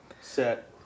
set